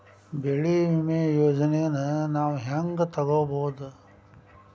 ಬೆಳಿ ವಿಮೆ ಯೋಜನೆನ ನಾವ್ ಹೆಂಗ್ ತೊಗೊಬೋದ್?